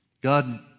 God